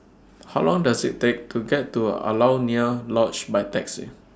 How Long Does IT Take to get to Alaunia Lodge By Taxi